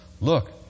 Look